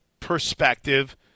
perspective